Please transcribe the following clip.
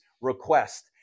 request